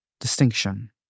distinction